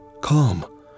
Come